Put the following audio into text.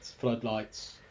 floodlights